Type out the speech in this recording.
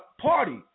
party